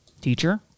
Teacher